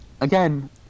again